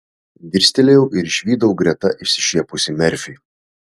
dirstelėjau ir išvydau greta išsišiepusį merfį